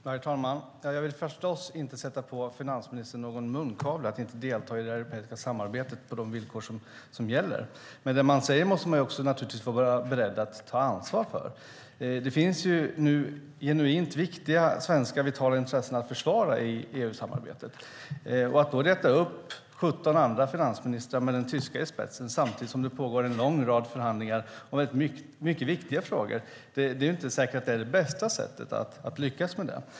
Herr talman! Jag vill förstås inte sätta någon munkavle på finansministern när det gäller att delta i det europeiska samarbetet på de villkor som gäller. Men det man säger måste man också vara beredd att ta ansvar för. Det finns nu genuint viktiga svenska vitala intressen att försvara i EU-samarbetet. Att då reta upp 17 andra finansministrar med den tyska i spetsen samtidigt som det pågår en lång rad förhandlingar om mycket viktiga frågor är inte säkert det bästa sättet att lyckas med det.